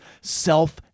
self